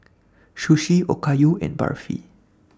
Sushi Okayu and Barfi